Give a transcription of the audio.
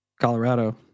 Colorado